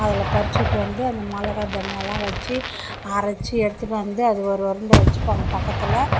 அதில் பறிச்சுட்டு வந்து அந்த மிளகா தனியாவெலாம் வெச்சு அரைச்சி எடுத்துகிட்டு வந்து அது ஒரு உருண்டை வெச்சுப்பாங்க பக்கத்தில்